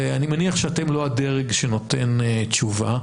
אני מניח שאתם לא הדרג שנותן תשובה,